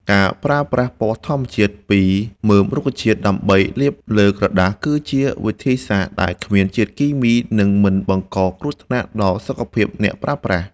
ការប្រើប្រាស់ពណ៌ធម្មជាតិពីមើមរុក្ខជាតិដើម្បីលាបលើក្រដាស គឺជាវិធីសាស្ត្រដែលគ្មានជាតិគីមី និង មិនបង្កគ្រោះថ្នាក់ដល់សុខភាពអ្នកប្រើប្រាស់។